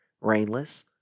rainless